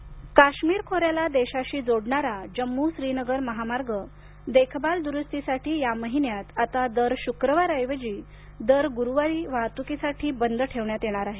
जम्मूकाश्मीर काश्मीरखोऱ्याला देशाशी जोडणारा जम्मू श्रीनगर महामार्ग देखभाल दुरुस्तीसाठी या महिन्यात आता दर शुक्रवारऐवजी दर गुरुवारी वाहतुकीसाठी बंद ठेवण्यात येणार आहे